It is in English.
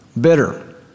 bitter